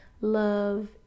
love